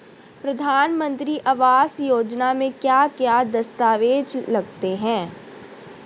प्रधानमंत्री आवास योजना में क्या क्या दस्तावेज लगते हैं?